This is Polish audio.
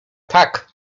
tak